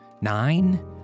nine